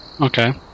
Okay